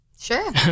Sure